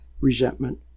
resentment